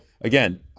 again